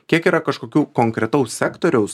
kiek yra kažkokių konkretaus sektoriaus